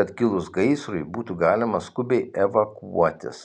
kad kilus gaisrui būtų galima skubiai evakuotis